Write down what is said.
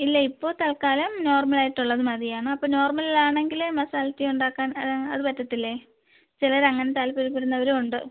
ഇല്ല ഇപ്പോൾ തൽക്കാലം നോർമലായിട്ടുള്ളത് മതിയായിരുന്നു അപ്പോൾ നോർമലിലാണെങ്കിൽ മസാല ടീ ഉണ്ടാക്കാൻ അത് പറ്റത്തില്ലേ ചിലരങ്ങനെ താൽപര്യപ്പെടുന്നവരും ഉണ്ട്